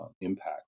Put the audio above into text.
impact